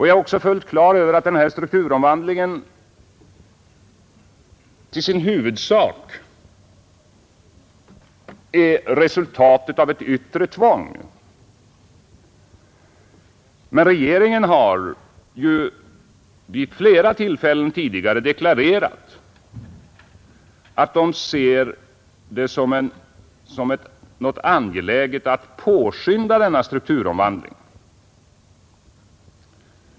Jag är också fullt klar över att den här strukturomvandlingen huvudsakligen är resultatet av ett yttre tvång. Men regeringen har ju vid flera tillfällen tidigare deklarerat att den ser det som något angeläget att påskynda denna strukturomvandling.